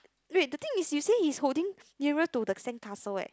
wait the thing is you say is holding nearer to the sandcastle eh